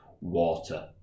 water